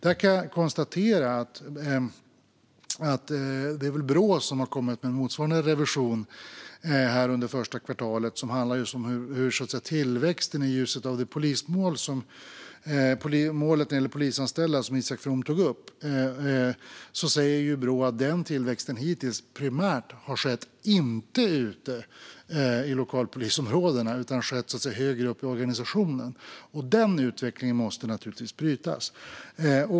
Det är väl Brå som har kommit med motsvarande revision under första kvartalet som handlar just om hur tillväxten är i ljuset av målet när det gäller polisanställda, som Isak From tog upp. Brå säger att den tillväxten hittills primärt inte har skett ute i lokalpolisområdena, utan den har skett högre upp i organisationen. Den utvecklingen måste naturligtvis brytas.